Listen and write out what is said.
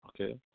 okay